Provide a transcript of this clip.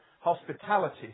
hospitality